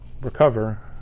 recover